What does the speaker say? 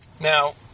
Now